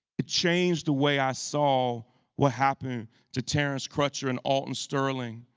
it changed the way i saw what happened to terence crutcher and alton sterling.